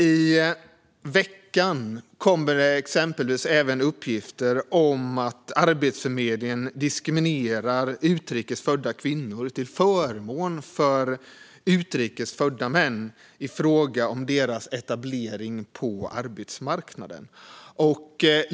I veckan kom uppgifter om att Arbetsförmedlingen diskriminerar utrikes födda kvinnor till förmån för utrikes födda män i fråga om etablering på arbetsmarknaden.